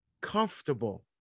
comfortable